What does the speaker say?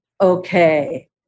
okay